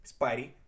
Spidey